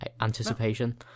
anticipation